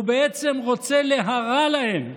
הוא בעצם רוצה להרע להם,